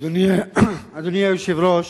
אדוני היושב-ראש,